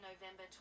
November